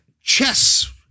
chess